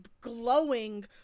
glowing